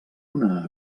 una